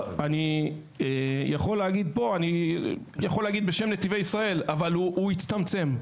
אני יכול להגיד בשם נתיבי ישראל שהפער הצטמצם.